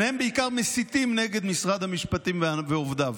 שניהם בעיקר מסיתים נגד משרד המשפטים ועובדיו,